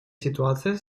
ситуация